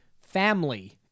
family